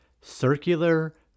circular